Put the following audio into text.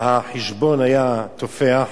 והחשבון היה תופח